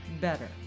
better